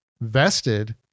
vested